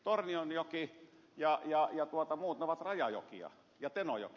tornionjoki ja muut ovat rajajokia ja tenojoki